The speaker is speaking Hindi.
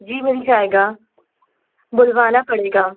जी मिल जाएगा बुलवाना पड़ेगा